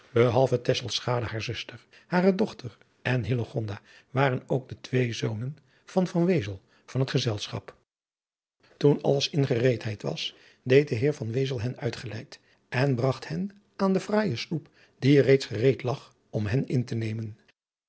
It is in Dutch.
tesselschade hare zuster hare dochter en hillegonda waren ook de twee zonen van van wezel van het gezelschap toen alles in gereedheid was deed de heer van wezel hen uitgeleid en bragt hen aan de fraaije sloep die reeds gereed lag om hen in te nemen